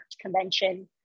convention